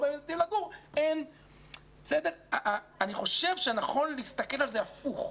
אני חושב שנכון להסתכל על זה הפוך.